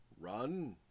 run